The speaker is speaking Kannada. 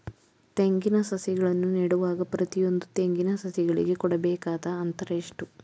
ತೆಂಗಿನ ಸಸಿಗಳನ್ನು ನೆಡುವಾಗ ಪ್ರತಿಯೊಂದು ತೆಂಗಿನ ಸಸಿಗಳಿಗೆ ಕೊಡಬೇಕಾದ ಅಂತರ ಎಷ್ಟು?